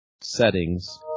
settings